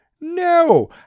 No